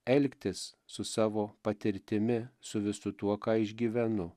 elgtis su savo patirtimi su visu tuo ką išgyvenu